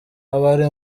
abari